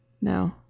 no